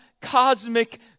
cosmic